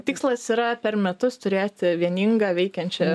tikslas yra per metus turėti vieningą veikiančią